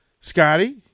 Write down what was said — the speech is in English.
Scotty